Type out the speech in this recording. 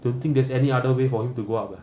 don't think there's any other way for him to go up leh